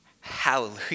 Hallelujah